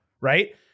right